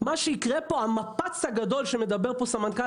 מה שיקרה פה המפץ הגדול שמדבר עליו סמנכ"ל